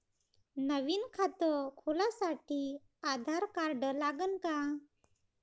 नवीन खात खोलासाठी आधार कार्ड लागन का?